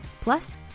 Plus